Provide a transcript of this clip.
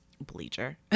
Bleacher